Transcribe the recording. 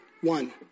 one